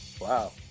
Wow